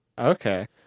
Okay